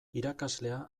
irakaslea